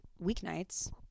weeknights